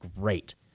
great